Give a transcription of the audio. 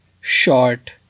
short